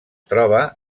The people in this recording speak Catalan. troba